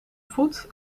voet